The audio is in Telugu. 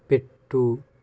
పెట్టు